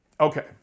Okay